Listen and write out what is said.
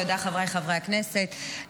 חבריי חברי הכנסת,